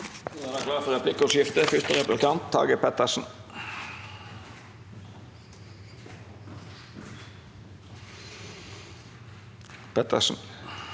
Pettersen